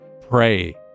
Pray